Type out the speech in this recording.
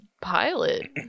pilot